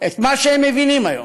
את מה שהם מבינים היום,